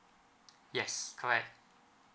yes correct